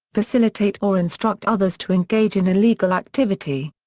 facilitate or instruct others to engage in illegal activity.